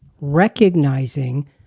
recognizing